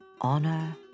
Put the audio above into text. Honor